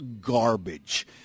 garbage